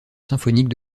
symphonique